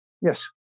Yes